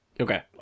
Okay